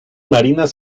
marinas